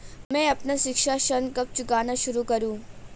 मैं अपना शिक्षा ऋण कब चुकाना शुरू करूँ?